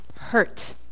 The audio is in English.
hurt